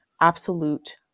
absolute